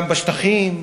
וגם בשטחים,